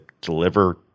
deliver